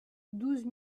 douze